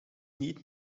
niet